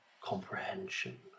comprehension